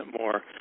more